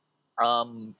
um